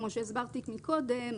כמו שהסברתי קודם,